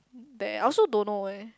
they also don't know eh